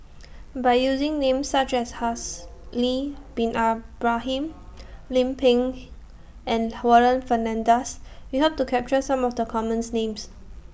By using Names such as Haslir Bin Ibrahim Lim Pin and Warren Fernandez We Hope to capture Some of The commons Names